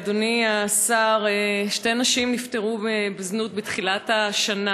אדוני השר, שתי נשים בזנות נפטרו בתחילת השנה.